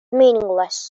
meaningless